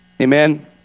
amen